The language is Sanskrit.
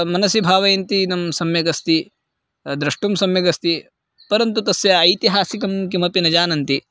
मनसि भावयन्ति इदं सम्यगस्ति द्रष्टुं सम्यगस्ति परन्तु तस्य ऐतिहासिकं किमपि न जानन्ति